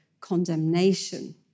condemnation